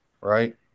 right